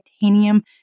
titanium